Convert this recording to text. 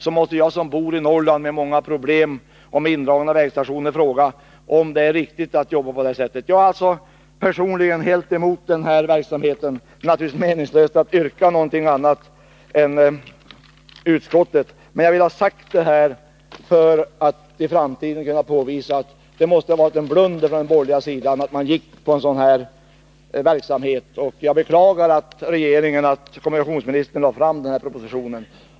Då måste jag, som bor i Norrland med dess många problem, bl.a. indragna vägstationer, fråga om det är riktigt att arbeta på det sättet. Personligen är jag alltså helt emot den här verksamheten, men det är naturligtvis meningslöst att ställa något yrkande emot utskottet. Jag vill emellertid ha detta sagt för att i framtiden kunna påvisa att det måste ha varit en blunder från den borgerliga sidan, när man gick in på en verksamhet som denna. Jag beklagar att regeringen och kommunikationsministern lade fram den här propositionen.